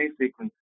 sequence